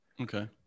okay